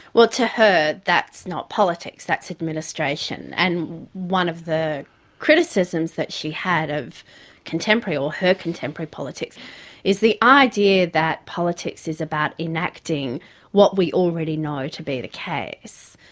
well to her, that's not politics. that's administration. and one of the criticisms that she had of contemporary or her contemporary politics is the idea that politics is about enacting what we already know to be the case,